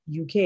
UK